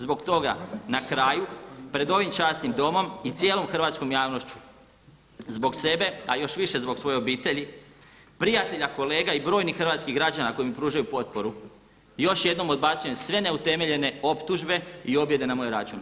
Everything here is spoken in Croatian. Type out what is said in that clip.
Zbog toga na kraju pred ovim časnim Domom i cijelom hrvatskom javnošću zbog sebe, a još više zbog svoje obitelji, prijatelja, kolega i brojnih hrvatskih građana koji mi pružaju potporu još jednom odbacujem sve neutemeljene optužbe i objede na moj račun.